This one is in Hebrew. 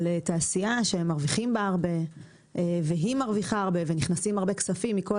על תעשייה שמרוויחים בה הרבה והיא מרוויחה הרבה ונכנסים הרבה כספים מכל